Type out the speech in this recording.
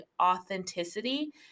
authenticity